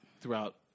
throughout